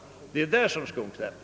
Det är där som skon klämmer.